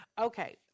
Okay